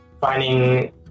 finding